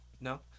no